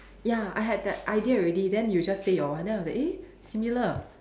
ya I had that idea already then you just say your one then I was like eh similar